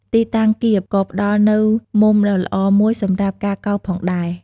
ទីតាំងគៀប ក៏ផ្តល់នូវ មុំដ៏ល្អមួយសម្រាប់ការកោសផងដែរ។